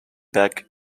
back